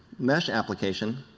mesh application